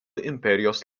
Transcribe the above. imperijos